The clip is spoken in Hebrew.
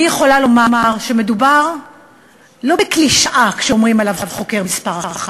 אני יכולה לומר שלא מדובר בקלישאה כשאומרים עליו "החוקר מספר אחת".